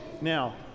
Now